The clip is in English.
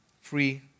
free